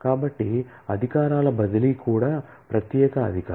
కాబట్టి అధికారాల బదిలీ కూడా ప్రత్యేక అధికారం